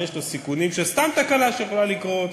יש בו סיכונים של סתם תקלה שיכולה לקרות.